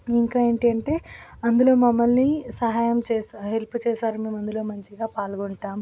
ఇంకా ఏంటి అంటే అందులో మమ్మల్ని సహాయం చేశా హెల్ప్ చేశారు మేము అందులో మంచిగా పాల్గొంటాం